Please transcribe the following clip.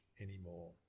anymore